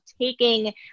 taking